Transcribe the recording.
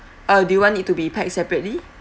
uh do you want it to be packed separately